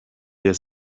der